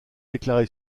déclaré